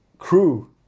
crew